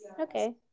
Okay